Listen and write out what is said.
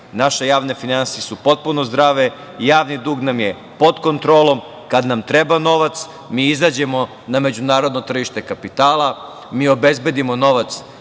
naše javne finansije su potpuno zdrave, javni dug nam je pod kontrolom. Kad nam treba novac, mi izađemo na međunarodno tržište kapitala, obezbedimo novac